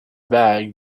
bag